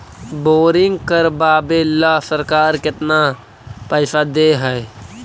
Boring करबाबे ल सरकार केतना पैसा दे है?